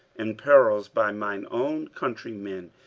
in perils by mine own countrymen,